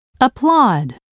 Applaud